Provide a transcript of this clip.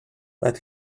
but